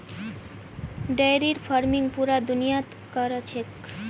dairy farming पूरा दुनियात क र छेक